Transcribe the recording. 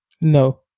No